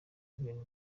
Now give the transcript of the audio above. ibintu